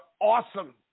awesome